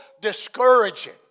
discouraging